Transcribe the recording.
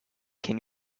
can